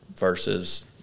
versus